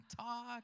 talk